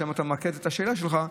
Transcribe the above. שם אתה ממקד את השאלה שלך,